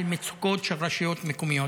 על מצוקות של רשויות מקומיות,